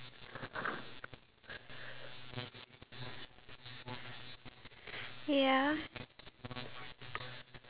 with one another and at the same time have an activity that can get their entire body moving throughout